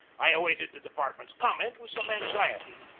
i awaited the department's comment with some anx iety.